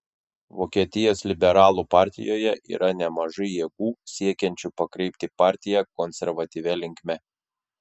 vokietijos liberalų partijoje yra nemažai jėgų siekiančių pakreipti partiją konservatyvia linkme